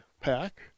pack